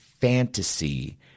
fantasy